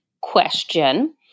question